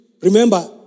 Remember